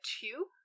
two